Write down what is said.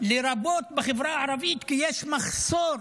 לרבות בחברה הערבית, כי יש מחסור